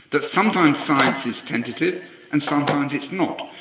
that sometimes science is tentative and sometimes it's not.